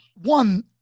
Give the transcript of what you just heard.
one